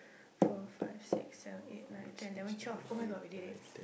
four five six seven eight nine ten eleven twelve oh-my-god we did it